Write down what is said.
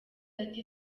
ati